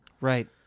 right